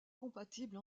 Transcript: compatible